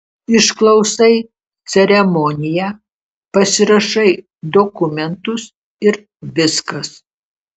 išklausai ceremoniją pasirašai dokumentus ir viskas